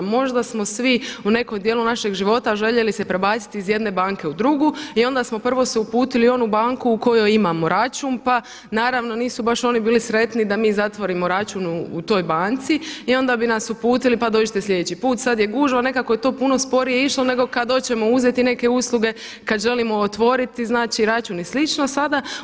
Možda smo svi u nekom dijelu našeg života željeli se prebaciti iz jedne banke u drugu i onda smo prvo se uputili u onu banku u kojoj imamo račun, pa naravno nisu oni baš bili sretni da mi zatvorimo račun u toj banci i onda bi nas uputili pa dođite sljedeći put, sada je gužva, nekako je to puno sporije išlo nego kada hoćemo uzeti neke usluge, kada želimo otvoriti znači račun i slično sada.